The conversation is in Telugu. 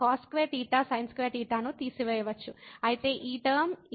కాబట్టి ఈ టర్మ ఈ టర్మ కి సమానం